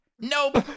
Nope